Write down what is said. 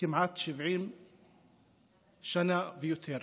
כמעט 70 שנה ויותר.